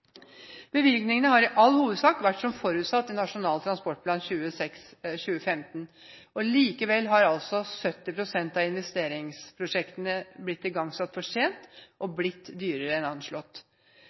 Bevilgningene har i all hovedsak vært som forutsatt i Nasjonal transportplan 2006–2015. Likevel har 70 pst. av investeringsprosjektene blitt igangsatt for sent og